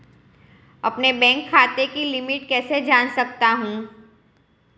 अपने बैंक खाते की लिमिट कैसे जान सकता हूं?